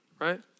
right